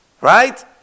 Right